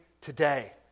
today